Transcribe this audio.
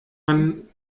man